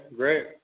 great